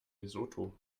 lesotho